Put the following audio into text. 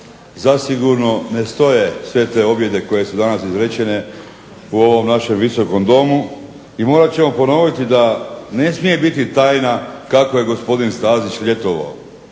zasigurno ne stoje sve te objede koje su danas izrečene u ovom našem Visokom domu, i morat ćemo ponoviti da ne smije biti tajna kako je gospodin Stazić ljetovao.